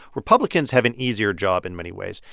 republicans have an easier job, in many ways.